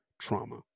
trauma